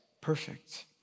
perfect